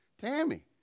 Tammy